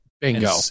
Bingo